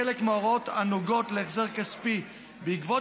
בחלק מההוראות הנוגעות להחזר כספי בעקבות